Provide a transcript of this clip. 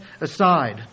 aside